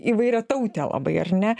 įvairiatautė labai ar ne